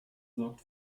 sorgt